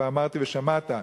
כבר אמרתי ושמעת,